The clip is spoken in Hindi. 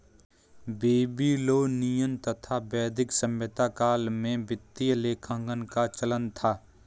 बेबीलोनियन तथा वैदिक सभ्यता काल में वित्तीय लेखांकन का चलन था